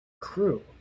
Crew